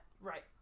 Right